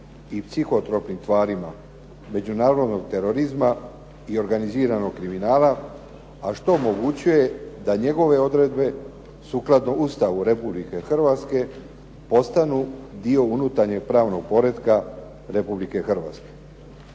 i psihotropnim tvarima međunarodnog terorizma i organiziranog kriminala, a što omogućuje da njegove odredbe sukladno Ustavu Republike Hrvatske postanu dio unutarnjeg pravnog poretka Republike Hrvatske.